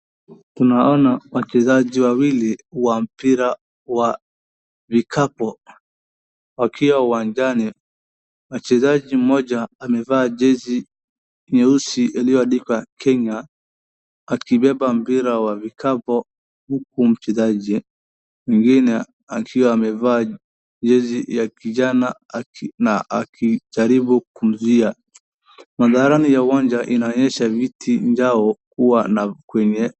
Tunaona wachezaji wawili wa mpira wa vikapu wakiwa uwanjani. Mchezaji mmoja amevaa jezi nyeusi iliyoandikwa Kenya akibeba mpira wa vikapu huku mchezaji mwingine akiwa amevaa jezi ya kijana na akijaribu kumzuia, mandari ni ya uwanja inaonyesha viti injao kuwa na kwenye.....